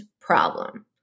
problem